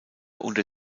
unter